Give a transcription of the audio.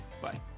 bye